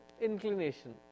inclination